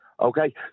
Okay